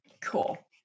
cool